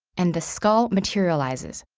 and the skull materializes.